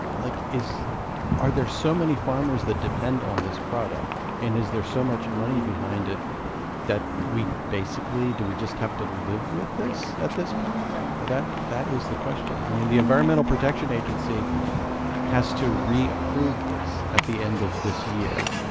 like, is are there so many farmers that depend on this product? and is there so much money behind it that we basically do we just have to live with this. yeah. at this point? right that that is the question. i mean, the environmental protection agency has to re-approve this at the end of this year